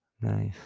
Nice